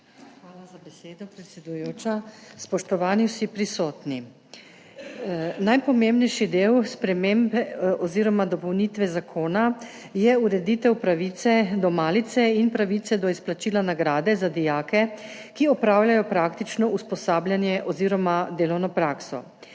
Hvala za besedo, predsedujoča. Spoštovani vsi prisotni! Najpomembnejši del spremembe oziroma dopolnitve zakona je ureditev pravice do malice in pravice do izplačila nagrade za dijake, ki opravljajo praktično usposabljanje oziroma delovno prakso.